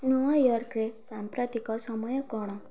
ନ୍ୟୁୟର୍କରେ ସାମ୍ପ୍ରତିକ ସମୟ କ'ଣ